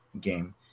game